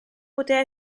poté